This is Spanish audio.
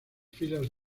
filas